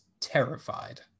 terrified